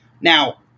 Now